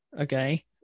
okay